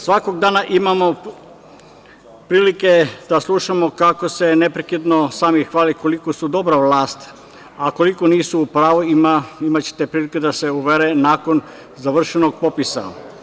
Svakog dana imamo prilike da slušamo kako se neprekidno sami hvale koliko su dobra vlast, a koliko nisu u pravu imaće prilike da se uvere nakon završenog popisa.